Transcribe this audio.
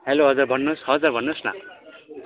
hello हजुर भन्नुहोस् हजुर भन्नुहोस् न